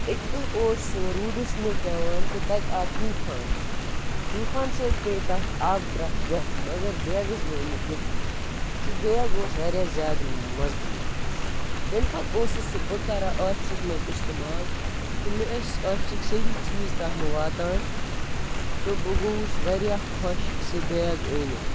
اَکہِ دۄہ اوس سُہ روٗدَس منٛز پٮ۪وان تہٕ تَتہِ آو طوٗفان طوٗفان سۭتۍ پیٚیہِ تَتھ آبہٕ ترٛٹھ پٮ۪ٹھ مَگر بیگس گوٚو نہٕ کِہیٖنۍ سُہ بیگ اوس واریاہ زیادٕ مضبوٗط تَمہِ پَتہٕ اوسُس سُہ بہٕ کَران آفِسَس منٛز اِستعمال تہٕ مےٚ ٲسۍ آفِسٕکۍ سٲری چیٖز تَتھ منٛز واتان تہٕ بہٕ گوٚوُس واریاہ خۄش سُہ بیگ ٲنِتھ